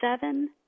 seven